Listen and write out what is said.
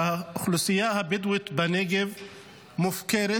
שהאוכלוסייה הבדואית בנגב מופקרת